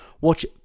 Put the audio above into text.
Watch